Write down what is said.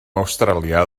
awstralia